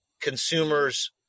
consumers